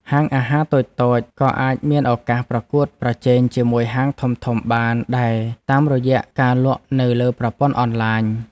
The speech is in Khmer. ហាងអាហារតូចៗក៏អាចមានឱកាសប្រកួតប្រជែងជាមួយហាងធំៗបានដែរតាមរយៈការលក់នៅលើប្រព័ន្ធអនឡាញ។